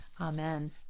Amen